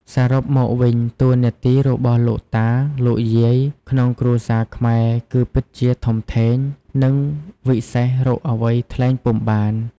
សរុបមកវិញ តួនាទីរបស់លោកតា លោកយាយក្នុងគ្រួសារខ្មែរគឺពិតជាធំធេង និងវិសេសរកអ្វីថ្លែងពុំបាន។